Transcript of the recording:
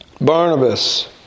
Barnabas